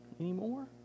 anymore